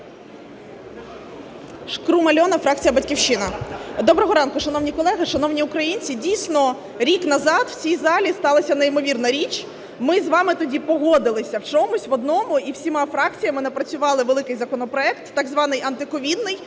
Шкрум Альона, фракція "Батьківщина". Доброго ранку, шановні колеги, шановні українці! Дійсно, рік назад в цій залі сталася неймовірна річ: ми з вами тоді погодилися в чомусь в одному і всіма фракціями напрацювали великий законопроект, так званий антиковідний,